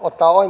ottaa